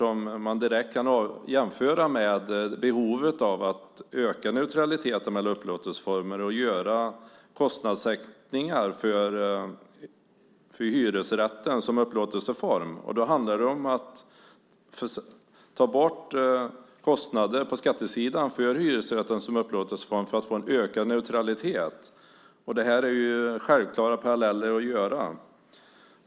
Man kan direkt jämföra detta med behovet av att öka neutraliteten mellan upplåtelseformer och göra kostnadssänkningar för hyresrätten som upplåtelseform. Det handlar om att ta bort kostnader på skattesidan för hyresrätten som upplåtelseform för att få en ökad neutralitet. Det här är självklara paralleller att dra.